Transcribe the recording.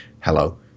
Hello